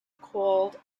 called